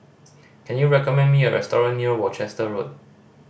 can you recommend me a restaurant near Worcester Road